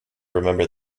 remember